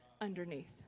underneath